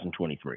2023